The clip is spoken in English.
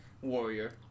warrior